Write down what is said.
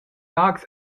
laax